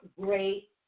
great